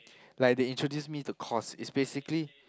like they introduce me to Cos it's basically